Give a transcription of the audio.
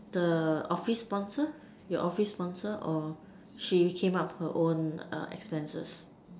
the office sponsor your office sponsor or she came out her own err expenses